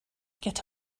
get